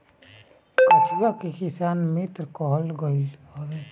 केचुआ के किसान मित्र कहल गईल हवे